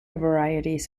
varieties